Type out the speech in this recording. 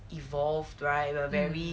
evolved right we are very